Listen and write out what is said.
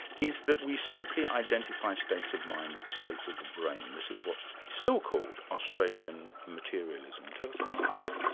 is that we simply identify states of mind with states of the brain. this is what's still called australian materialism. tell us about that?